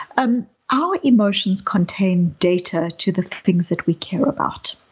um our emotions contain data to the things that we care about.